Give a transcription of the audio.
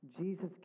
Jesus